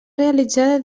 realitzada